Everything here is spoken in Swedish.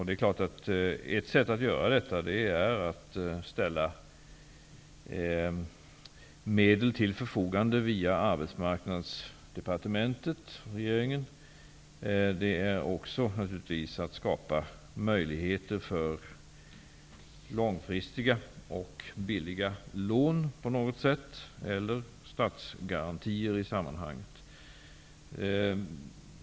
Det är klart att ett sätt att göra detta är att ställa medel till förfogande via samt naturligtvis också att på något sätt skapa möjligheter för långfristiga och billiga lån eller statsgarantier.